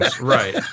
right